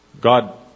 God